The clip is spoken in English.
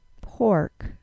Pork